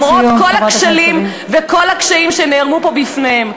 למרות כל הכשלים וכל הקשיים שנערמו פה בפניהן.